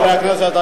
חברי הכנסת,